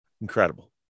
incredible